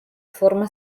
forma